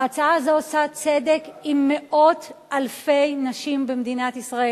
ההצעה הזאת עושה צדק עם מאות אלפי נשים במדינת ישראל.